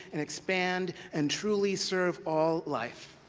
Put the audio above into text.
and expand, and truly serve all life.